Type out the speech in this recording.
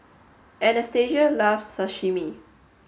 Anastasia loves Sashimi